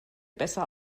besser